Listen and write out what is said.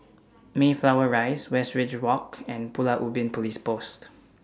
Mayflower Rise Westridge Walk and Pulau Ubin Police Post